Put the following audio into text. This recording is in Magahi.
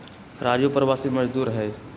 राजू प्रवासी मजदूर हई